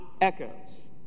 echoes